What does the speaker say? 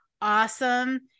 awesome